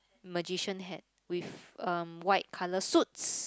magician hat with um white colour suits